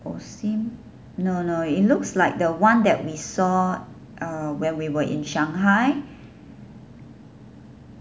Osim no no it looks like the [one] that we saw uh when we were in shanghai